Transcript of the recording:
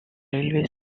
railway